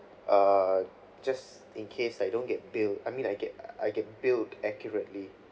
err just in case I don't get billed I mean I get I get billed accurately